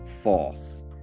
false